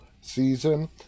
season